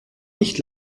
nicht